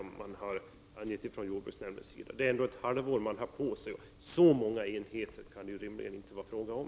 Man har dock ett halvår på sig, och så många enheter kan det väl ändå inte röra sig om.